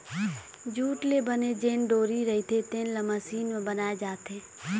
jute ले बने जेन डोरी रहिथे तेन ल मसीन म बनाए जाथे